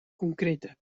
concreta